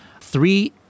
three